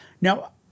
Now